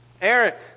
Eric